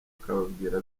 akababwira